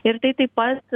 ir tai taip pat